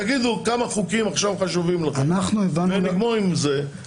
תגידו כמה חוקים עכשיו חשובים לכם ונגמור עם זה,